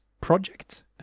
project